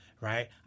Right